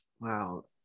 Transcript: wow